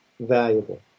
valuable